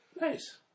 Nice